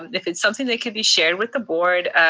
um if it's something that can be shared with the board,